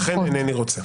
אכן אינני רוצה.